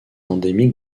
endémique